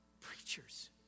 preachers